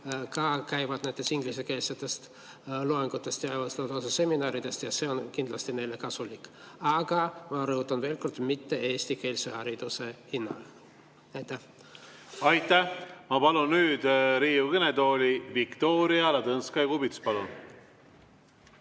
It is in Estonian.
ka käivad nendes ingliskeelsetes loengutes ja võtavad osa seminaridest ja see on kindlasti neile kasulik. Aga ma rõhutan veel kord: mitte eestikeelse hariduse hinnaga. Aitäh! Ma palun nüüd Riigikogu kõnetooli Viktoria Ladõnskaja-Kubitsa.